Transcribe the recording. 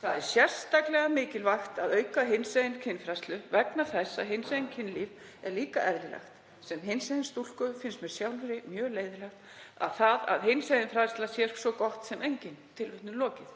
„Það er sérstaklega mikilvægt að auka hinsegin kynfræðslu vegna þess að hinsegin kynlíf er líka eðlilegt. Sem hinsegin stúlku finnst mér sjálfri mjög leiðinlegt að hinsegin fræðsla sé svo gott sem engin.“ Hér